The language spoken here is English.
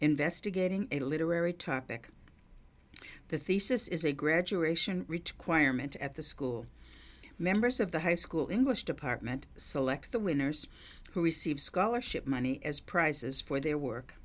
investigating a literary topic the thesis is a graduation requirement at the school members of the high school english department select the winners who receive scholarship money as prizes for their work